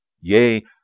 Yea